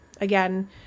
again